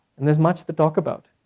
and is much to talk about,